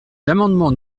l’amendement